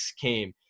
came